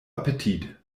appetit